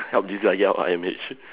help this lah I_M_H